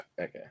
Okay